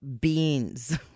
beans